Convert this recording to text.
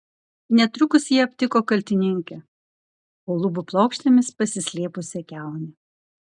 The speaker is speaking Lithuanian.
netrukus jie aptiko kaltininkę po lubų plokštėmis pasislėpusią kiaunę